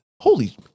Holy